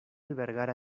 albergar